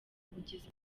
bugizi